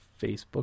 Facebook